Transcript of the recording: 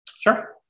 Sure